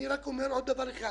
אני מבקש לומר רק עוד דבר אחד.